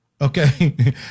Okay